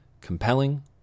compelling